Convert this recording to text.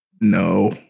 No